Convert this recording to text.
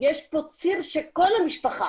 יש פה ציר שכל המשפחה,